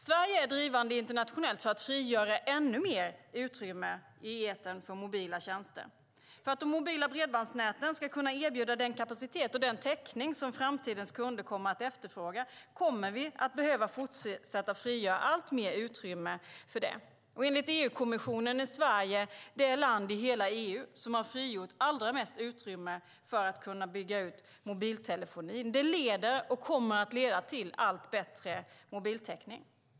Sverige är drivande internationellt för att frigöra ännu mer utrymme i etern för mobila tjänster. För att de mobila bredbandsnäten ska kunna erbjuda den kapacitet och den täckning som framtidens kunder kommer att efterfråga behöver vi fortsätta att frigöra alltmer utrymme för det. Enligt EU-kommissionen är Sverige det land i EU som frigjort allra mest utrymme för att kunna bygga ut mobiltelefonin. Det leder och kommer att leda till allt bättre mobiltäckning.